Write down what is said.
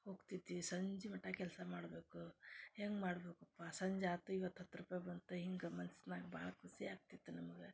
ಹೋಗ್ತಿದ್ವಿ ಸಂಜೆ ಮಟ ಕೆಲಸ ಮಾಡಬೇಕು ಹೆಂಗೆ ಮಾಡಬೇಕಪ್ಪ ಸಂಜೆ ಹತ್ತು ಇವತ್ತು ಹತ್ತು ರೂಪಾಯಿ ಬಂತು ಹಿಂಗೆ ಮನ್ಸ್ನಾಗ ಭಾಳ ಖುಷಿ ಆಕ್ತಿತ್ತು ನಮ್ಗೆ